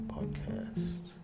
Podcast